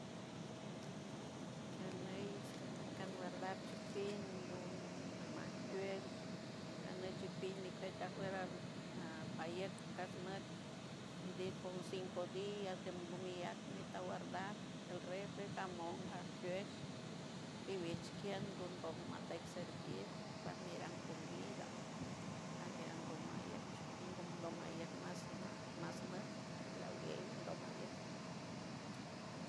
Jainieis taque guardar chipingo mmm majquieys queniel chipimi cueta juerando payier casnot vivir como cinco días tengo miyat que esta guardado en refri jamon aj cuees bibishquien gondont matecji sirvient paramiran comida andonmayet chipingo andoymayet mas masma laoguer don yer